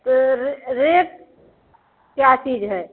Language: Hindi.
त र रेट क्या चीज़ है